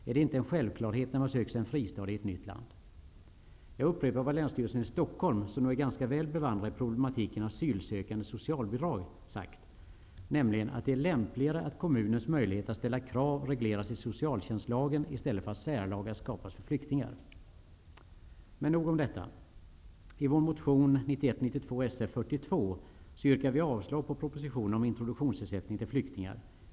Är det inte en självklarhet när man söker sig en fristad i ett nytt land? Jag upprepar vad Länsstyrelsen i Stockholm -- som nog är ganska väl bevandrad i problematiken kring asylsökande 92:Sf42 yrkar vi avslag på propositionen om introduktionsersättning till flyktingar.